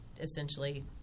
essentially